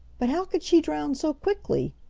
but how could she drown so quickly?